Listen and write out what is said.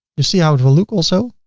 you see how it will look also.